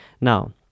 Now